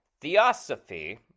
Theosophy